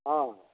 हँ